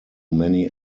many